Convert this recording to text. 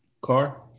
car